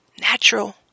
natural